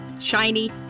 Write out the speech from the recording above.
shiny